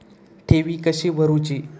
ठेवी कशी भरूची?